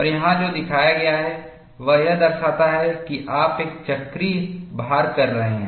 और यहां जो दिखाया गया है वह यह दर्शाता है कि आप एक चक्रीय भार कर रहे हैं